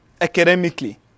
academically